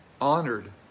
honored